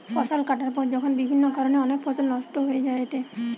ফসল কাটার পর যখন বিভিন্ন কারণে অনেক ফসল নষ্ট হয়ে যায়েটে